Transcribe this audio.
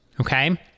Okay